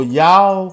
y'all